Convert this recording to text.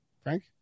Frank